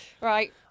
Right